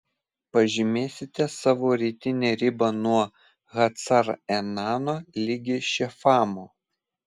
pažymėsite savo rytinę ribą nuo hacar enano ligi šefamo